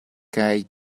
kaj